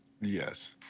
Yes